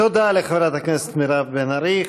תודה לחברת הכנסת מירב בן ארי.